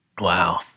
Wow